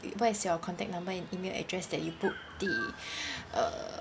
what is your contact number and email address that you booked the uh